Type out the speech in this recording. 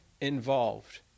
involved